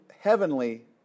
heavenly